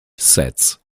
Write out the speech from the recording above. sets